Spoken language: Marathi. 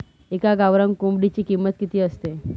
एका गावरान कोंबडीची किंमत किती असते?